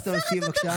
לחתור לסיום,